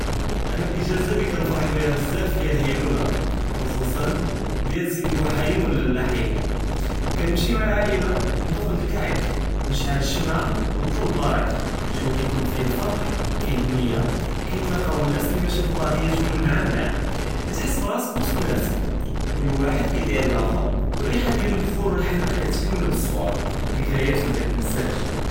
אנה לאג׳אזא לי כנפרח ביהא בזאף היא להילולה ח׳וסוסא דיאל סידי בוחאיים ו לא לחאיא כנמשי מעא לעאילה נדוק לקעכ נשעל לשמעא ו נטלוב לבראכא לג׳ו כיכּון פיה לפרח פיה נִיַה כּי יתלקאו לנאס לי משאפו בעדִיַאתהום מן עאם לעאם כּתחס בראסכ ווסט נאסכ כל ואחד כּדאִיר לאוכ׳ר ו לרִיחָה דיאל לב׳חור ו לחנא כּתכמל צורָה זכּריאת מכתנְסאש.